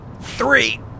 three